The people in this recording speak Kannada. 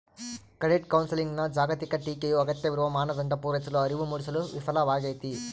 ಕ್ರೆಡಿಟ್ ಕೌನ್ಸೆಲಿಂಗ್ನ ಜಾಗತಿಕ ಟೀಕೆಯು ಅಗತ್ಯವಿರುವ ಮಾನದಂಡ ಪೂರೈಸಲು ಅರಿವು ಮೂಡಿಸಲು ವಿಫಲವಾಗೈತಿ